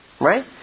Right